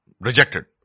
rejected